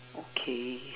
okay